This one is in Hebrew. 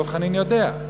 דב חנין יודע,